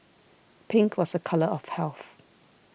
pink was a colour of health